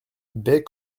baies